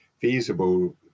feasible